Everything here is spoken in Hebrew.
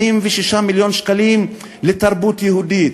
26 מיליון שקלים לתרבות יהודית,